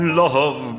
love